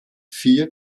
vier